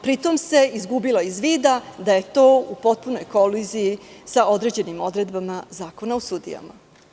Pri tome, izgubilo se iz vida da je to u potpunoj koliziji sa određenim odredbama Zakona o sudijama.